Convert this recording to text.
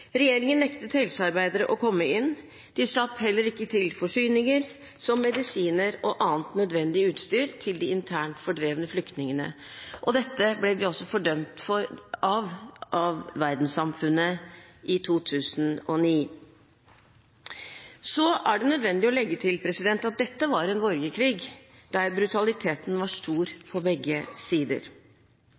Regjeringen nektet helsearbeidere å komme inn. De slapp heller ikke inn forsyninger, som medisiner og annet nødvendig utstyr, til de internt fordrevne flyktningene. Dette ble de også fordømt for av verdenssamfunnet i 2009. Så er det nødvendig å legge til at dette var en borgerkrig der brutaliteten var stor på begge sider.